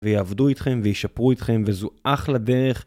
ויעבדו איתכם, וישפרו איתכם, וזו אחלה דרך.